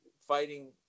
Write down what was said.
fighting